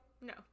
No